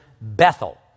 Bethel